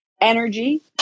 energy